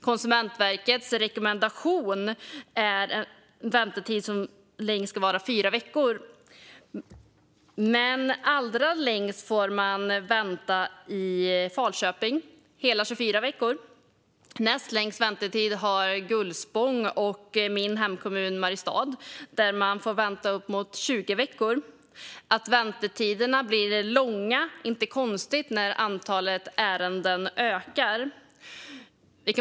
Konsumentverkets rekommendation är att väntetiden som längst ska vara fyra veckor. Allra längst får man dock vänta i Falköping, hela 24 veckor. Näst längst väntetid har Gullspång och min hemkommun Mariestad. Där får man vänta uppemot 20 veckor. Att väntetiderna blir långa är inte konstigt när antalet ärenden ökar.